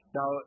Now